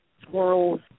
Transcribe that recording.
squirrels